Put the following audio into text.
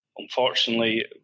unfortunately